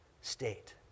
state